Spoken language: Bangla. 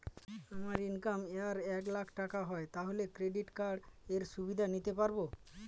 আমার ইনকাম ইয়ার এ এক লাক টাকা হয় তাহলে ক্রেডিট কার্ড এর সুবিধা নিতে পারবো?